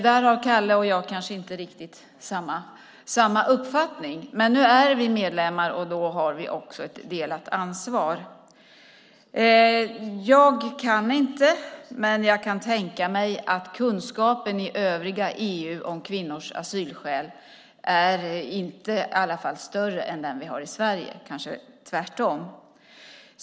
Där har Kalle och jag kanske inte riktigt samma uppfattning, men nu är vi medlemmar, och då har vi också ett delat ansvar. Jag vet inte hur det ligger till, men jag kan tänka mig att kunskapen i övriga EU om kvinnors asylskäl i alla fall inte är större än den vi har i Sverige - kanske tvärtom.